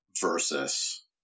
versus